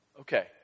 Okay